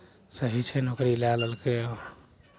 सही छै नोकरी लए लेलकै हँ